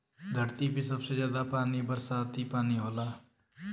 धरती पे सबसे जादा पानी बरसाती पानी होला